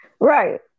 Right